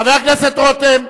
חבר הכנסת רותם.